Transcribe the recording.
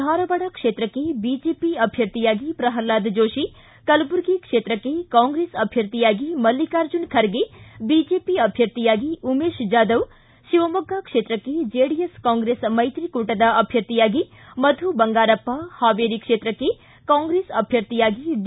ಧಾರವಾಡ ಕ್ಷೇತ್ರಕ್ಷೆ ಬಿಜೆಪಿ ಅಭ್ಯರ್ಥಿಯಾಗಿ ಪ್ರಹ್ಹಾದ್ ಜೋಶಿ ಕಲಬುರಗಿ ಕ್ಷೇತ್ರಕ್ಷೆ ಕಾಂಗ್ರೆಸ್ ಅಭ್ಯರ್ಥಿಯಾಗಿ ಮಲ್ಲಿಕಾರ್ಜುನ ಖರ್ಗೆ ಬಿಜೆಪಿ ಅಭ್ಯರ್ಥಿಯಾಗಿ ಉಮೇಶ ಜಾದವ್ ಶಿವಮೊಗ್ಗ ಕ್ಷೇತ್ರಕ್ಕೆ ಜೆಡಿಎಸ್ ಕಾಂಗ್ರೆಸ್ ಮೈತ್ರಿಕೂಟದ ಅಭ್ಯರ್ಥಿಯಾಗಿ ಮಧು ಬಂಗಾರಪ್ಪ ಹಾವೇರಿ ಕ್ಷೇತ್ರಕ್ಕೆ ಕಾಂಗ್ರೆಸ್ ಅಭ್ಯರ್ಥಿಯಾಗಿ ಡಿ